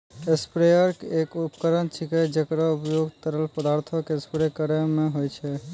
sprayer एक उपकरण छिकै, जेकरो उपयोग तरल पदार्थो क स्प्रे करै म होय छै